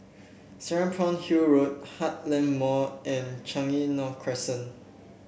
Serapong Hill Road Heartland Mall and Changi North Crescent